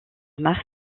mars